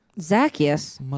Zacchaeus